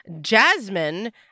Jasmine